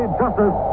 justice